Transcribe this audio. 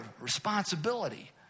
responsibility